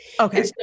Okay